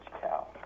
Cow